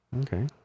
Okay